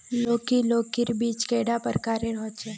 लौकी लौकीर बीज कैडा प्रकारेर होचे?